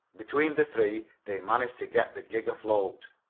between the three they managed to get the gig afloat.